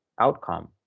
outcome